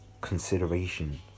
consideration